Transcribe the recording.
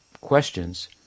questions